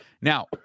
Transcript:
Now